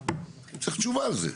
צריך תשובה על זה.